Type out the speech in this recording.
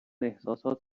احساسات